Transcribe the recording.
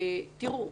תראו,